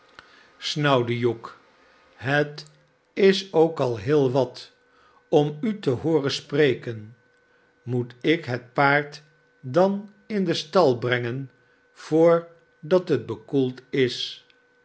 snaiiwde hugh het is k al heel wat om u te hooren spreken moet ik het paard dan in den stal brengen voordat het bekoeld j